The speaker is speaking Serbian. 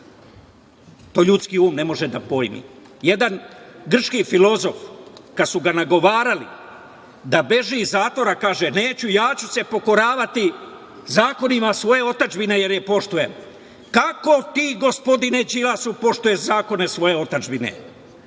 to ljudski um ne može da pojmi. Jedan grčki filozof, kada su ga nagovarali da beži iz zatvora, kaže – neću, ja ću se pokoravati zakonima svoje otadžbine, jer je poštujem. Kako ti gospodine Đilasu poštuješ zakone svoje otadžbine?